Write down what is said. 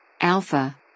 Alpha